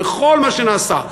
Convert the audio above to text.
וכל מה שנעשה,